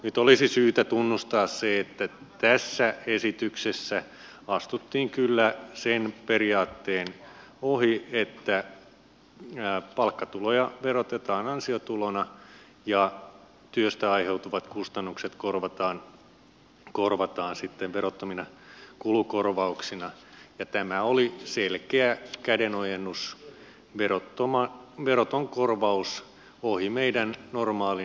nyt olisi syytä tunnustaa se että tässä esityksessä astuttiin kyllä sen periaatteen ohi että palkkatuloja verotetaan ansiotulona ja työstä aiheutuvat kustannukset korvataan sitten verottomina kulukorvauksina ja tämä oli selkeä kädenojennus veroton korvaus ohi meidän normaalin verojärjestelmän